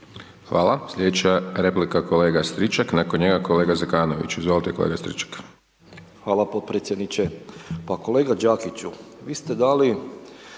Hvala. Iduća replika, kolega Stričak, nakon njega kolega Zekanović. Izvolite kolega Stričak. **Stričak, Anđelko (HDZ)** Hvala potpredsjedniče. Pa kolega Đakiću, vi ste dali